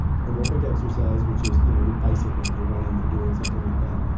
aerobic exercise which is you know you're bicycling and you're running, you're doing something like that,